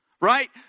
Right